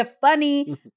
funny